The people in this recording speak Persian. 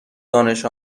دانش